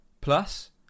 Plus